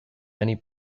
many